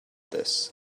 this